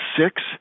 six